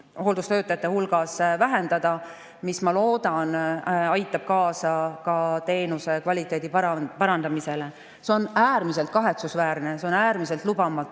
hooldustöötajate hulgas vähendada. Ma loodan, et see aitab kaasa ka teenuse kvaliteedi paranemisele. See on äärmiselt kahetsusväärne ja see on äärmiselt lubamatu,